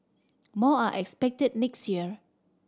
more are expected next year